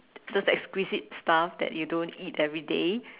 those exquisite stuff that you don't eat everyday